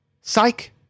Psych